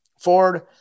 Ford